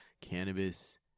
cannabis